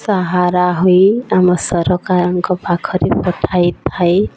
ସାହାରା ହୋଇ ଆମ ସରକାରଙ୍କ ପାଖରେ ପଠାଇଥାଏ